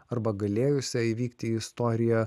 arba galėjusią įvykti istoriją